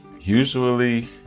usually